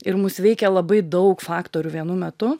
ir mus veikia labai daug faktorių vienu metu